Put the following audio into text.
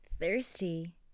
Thirsty